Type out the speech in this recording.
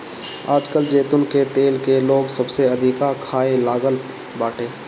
आजकल जैतून के तेल के लोग सबसे अधिका खाए लागल बाटे